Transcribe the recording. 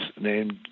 named